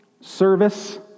service